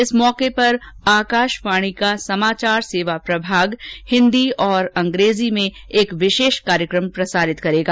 इस मौके पर आकाशवाणी का समाचार सेवा प्रभाग हिन्दी और अंग्रेजी में एक विशेष कार्यक्रम प्रसारित करेगा